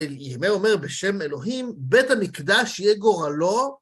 ירמיה אומר בשם אלוהים, בית המקדש יהיה גורלו.